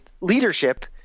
leadership